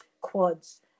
quads